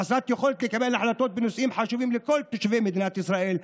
חסרת יכולת לקבל החלטות בנושאים חשובים לכל תושבי מדינת ישראל,